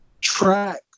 track